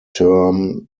term